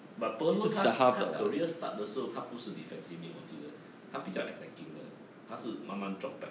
but pirlo 他 si~ 他 career start 的时候他不是 defensive mid 我记得他比较 attacking 的